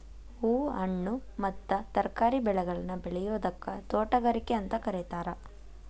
ಹೂ, ಹಣ್ಣು ಮತ್ತ ತರಕಾರಿ ಬೆಳೆಗಳನ್ನ ಬೆಳಿಯೋದಕ್ಕ ತೋಟಗಾರಿಕೆ ಅಂತ ಕರೇತಾರ